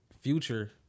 future